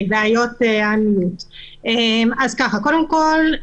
שלום לכולם.